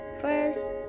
First